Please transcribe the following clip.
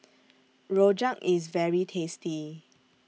Rojak IS very tasty